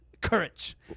courage